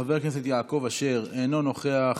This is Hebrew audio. חבר הכנסת יעקב אשר, אינו נוכח.